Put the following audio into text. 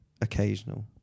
occasional